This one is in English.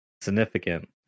significant